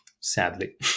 sadly